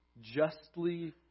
justly